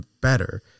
better